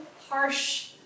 harsh